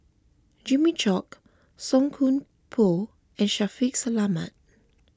Jimmy Chok Song Koon Poh and Shaffiq Selamat